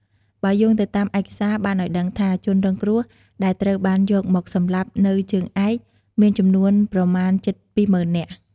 បើយោងទៅតាមឯកសារ បានឲ្យដឹងថា ជនរងគ្រោះដែលត្រូវបានយកមកសម្លាប់នៅជើងឯក មានចំនួនប្រមាណជិត២ម៉ឺននាក់។